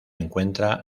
encuentra